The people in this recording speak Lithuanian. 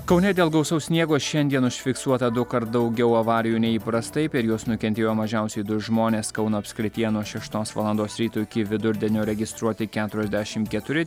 kaune dėl gausaus sniego šiandien užfiksuota dukart daugiau avarijų nei įprastai per juos nukentėjo mažiausiai du žmonės kauno apskrityje nuo šeštos valandos ryto iki vidurdienio registruoti keturiasdešimt keturi